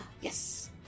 yes